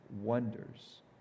wonders